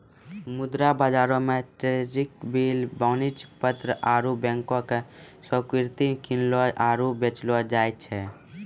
मुद्रा बजारो मे ट्रेजरी बिल, वाणिज्यक पत्र आरु बैंको के स्वीकृति किनलो आरु बेचलो जाय छै